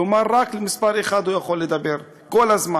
כלומר, רק למספר אחד הוא יכול לדבר כל הזמן,